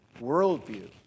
worldview